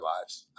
lives